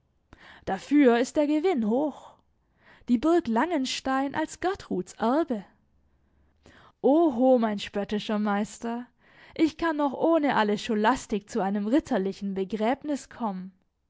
dafür ist der gewinn hoch die burg langenstein als gertruds erbe oho mein spöttischer meister ich kann noch ohne alle scholastik zu einem ritterlichen begräbnis kommen